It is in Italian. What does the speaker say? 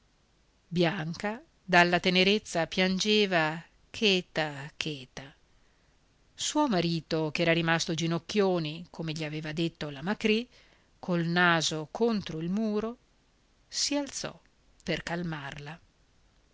bianca dalla tenerezza piangeva cheta cheta suo marito ch'era rimasto ginocchioni come gli aveva detto la macrì col naso contro il muro si alzò per calmarla